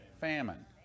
Famine